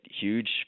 huge